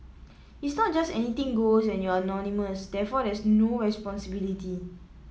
it's not just anything goes and you're anonymous therefore there's no responsibility